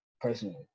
personally